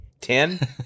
Ten